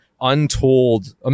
untold